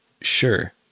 sure